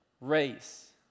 race